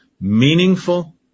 meaningful